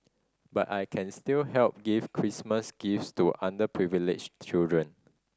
but I can still help give Christmas gifts to underprivileged children